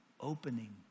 opening